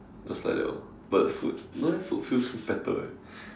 just like that orh but food don't know why food feels better eh